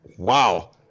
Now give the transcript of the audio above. Wow